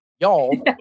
y'all